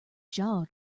jaw